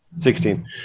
Sixteen